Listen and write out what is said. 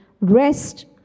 rest